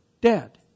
dead